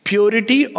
purity